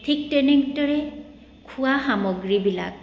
ঠিক তেনেদৰে খোৱা সামগ্ৰীবিলাক